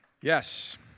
Yes